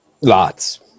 Lots